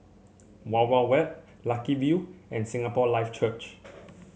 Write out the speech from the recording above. Wild Wild Wet Lucky View and Singapore Life Church